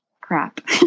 crap